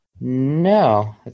no